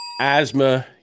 Asthma